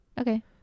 Okay